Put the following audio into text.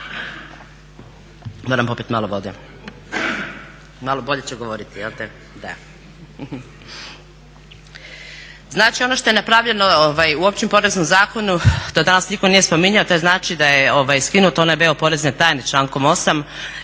upravo izmjenama Općeg poreznog zakona. Znači, ono što je napravljeno u Općem poreznom zakonu do danas nitko nije spominjao. To znači da je skinut onaj veo porezne tajne člankom 8.